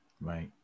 right